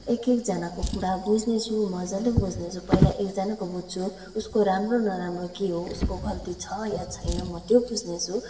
एक एकजनाको कुरा बुझ्नेछु मज्जाले बुझ्नेछु पहिला एकजनाको बुझ्नेछु उसको राम्रो नराम्रो के हो उसको गल्ती छ या छैन म त्यो बुझ्नेछु